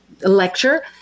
lecture